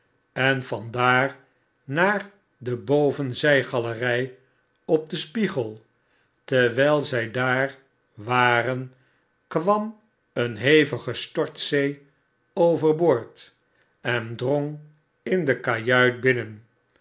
en van daar naar de boven zygalery op den spiegel terwijl zy daar waren kwam een hevige stortzee over boord en drong in de kajuit binnen